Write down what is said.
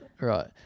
Right